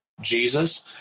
Jesus